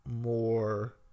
more